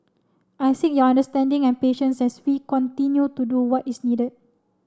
I seek your understanding and patience as we continue to do what is needed